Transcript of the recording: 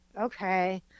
okay